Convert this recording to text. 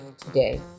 today